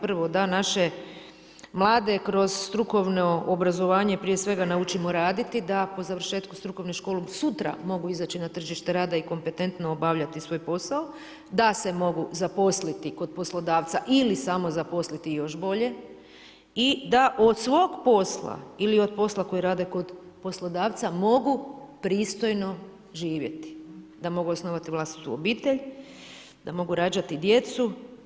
Prvo da naše mlade kroz strukovno obrazovanje prije svega naučimo raditi, da po završetku strukovne škole sutra mogu izaći na tržište rada i kompetentno obavljati svoj posao, da se mogu zaposliti kod poslodavca ili samo zaposliti još bolje i da od svog posla ili od posla koji rade kod poslodavca mogu pristojno živjeti, da mogu osnovati vlastitu obitelj, da mogu rađati djecu.